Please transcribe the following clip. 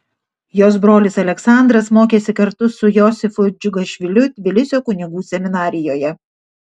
jos brolis aleksandras mokėsi kartu su josifu džiugašviliu tbilisio kunigų seminarijoje